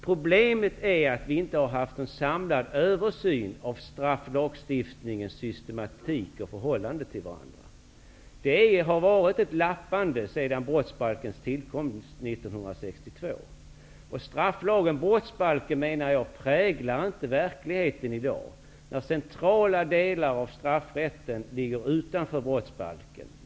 Problemet är att vi inte haft en samlad översyn av strafflagstiftningens systematik och lagarnas förhållande till varandra. Det har varit ett Brottsbalken präglar inte verkligheten i dag, när centrala delar av straffrätten ligger utanför brottsbalken.